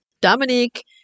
Dominique